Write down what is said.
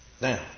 Now